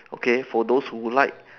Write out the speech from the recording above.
okay for those who like